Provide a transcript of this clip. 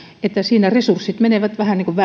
että siinä resurssit menevät vähän niin kuin